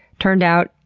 turned out,